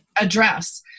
address